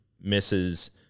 misses